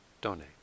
donate